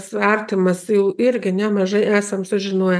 artimas jau irgi nemažai esam sužinoję